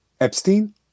Epstein